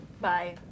Bye